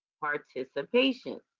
participation